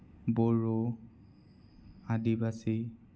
Bodo Adivasi